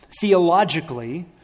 theologically